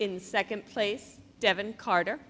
in second place devon carter